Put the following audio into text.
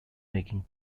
making